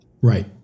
Right